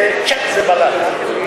צ'ק, זה בלט.